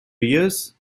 years